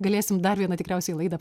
galėsim dar vieną tikriausiai laidą